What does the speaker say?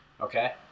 okay